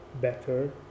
better